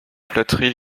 flatteries